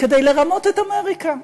כדי לרמות את אמריקה.